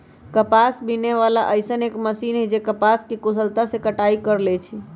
कपास बीने वाला अइसन एक मशीन है जे कपास के कुशलता से कटाई कर लेई छई